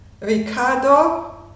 ricardo